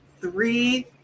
three